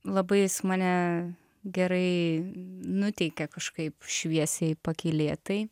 labai jis mane gerai nuteikia kažkaip šviesiai pakylėtai